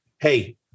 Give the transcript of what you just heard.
hey